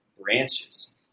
branches